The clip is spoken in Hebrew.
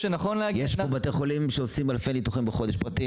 יש פה בתי חולים פרטיים שעושים אלפי ניתוחים בחודש,